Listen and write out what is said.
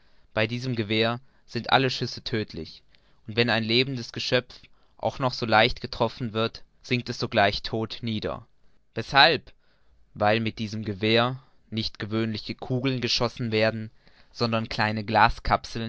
bei diesem gewehr sind alle schüsse tödtlich und wenn ein lebendes geschöpf auch noch so leicht getroffen wird sinkt es sogleich todt nieder weshalb weil mit diesem gewehr nicht gewöhnliche kugeln geschossen werden sondern kleine